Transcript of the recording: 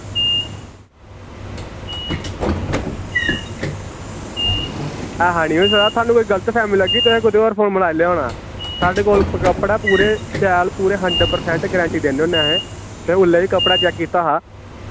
ऐसा निं होई सकदा थुआनू कोई गलतफैह्मी लग्गी तुसें कुदेआ होर फोन मलाई लेआ होना साढ़े कोल कपड़ा पूरे शैल पूरे हंड्रेड परसेंट गरंटी दिन्ने होन्ने असें ते ओल्लै बी कपड़ा चेक कीता हा